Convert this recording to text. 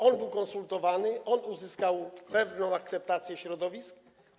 On był konsultowany, uzyskał pewną akceptację środowisk.